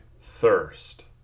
thirst